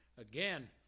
Again